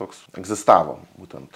toks egzistavo būtent